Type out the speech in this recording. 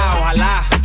ojalá